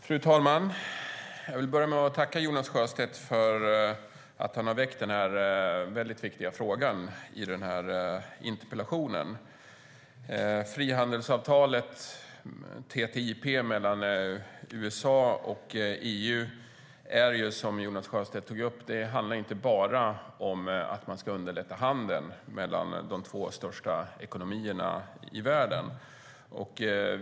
Fru talman! Jag vill börja med att tacka Jonas Sjöstedt för att han har väckt denna väldigt viktiga fråga i sin interpellation. Frihandelsavtalet TTIP mellan USA och EU handlar ju, som Jonas Sjöstedt tog upp, inte bara om att man ska underlätta handeln mellan de två största ekonomierna i världen.